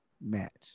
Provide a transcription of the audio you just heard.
match